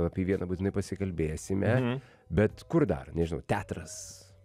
apie vieną būtinai pasikalbėsime bet kur dar nežinau teatras